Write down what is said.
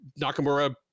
Nakamura